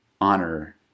honor